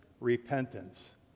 repentance